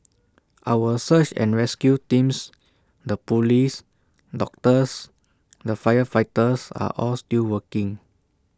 our search and rescue teams the Police doctors the firefighters are all still working